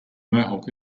mohawk